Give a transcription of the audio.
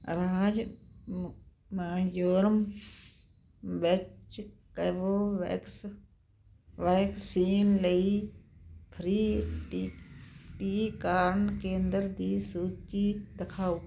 ਰਾਜ ਮ ਮਿਜ਼ੋਰਮ ਵਿੱਚ Covovax vaccine ਲਈ ਫ੍ਰੀ ਟੀ ਟੀਕਾਕਰਨ ਕੇਂਦਰ ਦੀ ਸੂਚੀ ਦਿਖਾਓ